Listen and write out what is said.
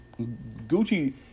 Gucci